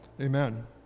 Amen